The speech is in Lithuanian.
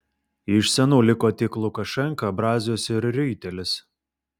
iš senų liko tik lukašenka brazius ir riuitelis